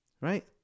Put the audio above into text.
right